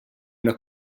una